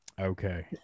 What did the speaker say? okay